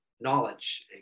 knowledge